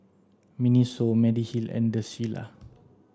Miniso Mediheal and the Shilla